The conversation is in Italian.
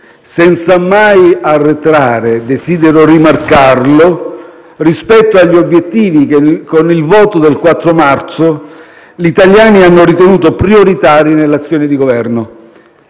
senza mai arretrare - desidero rimarcarlo - rispetto agli obiettivi che, con il voto del 4 marzo, gli italiani hanno ritenuto prioritari nell'azione di Governo.